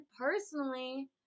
personally